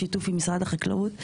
בשיתוף עם משרד החקלאות.